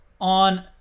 on